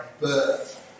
birth